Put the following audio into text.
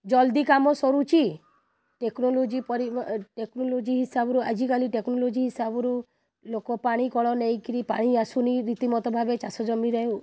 ଜଲଦି କାମ ସରୁଛି ଟେକ୍ନୋଲୋଜି ପରି ଟେକ୍ନୋଲୋଜି ହିସାବରୁ ଆଜିକାଲି ଟେକ୍ନୋଲୋଜି ହିସାବରୁ ଲୋକ ପାଣି କଳ ନେଇକରି ପାଣି ଆସୁନି ରୀତିମତ ଭାବେ ଚାଷଜମିରେ